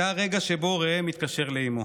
זה הרגע שבו ראם התקשר לאימו.